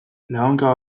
labankada